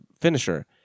finisher